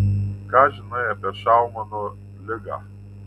ką žinai apie šaumano ligą